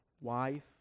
wife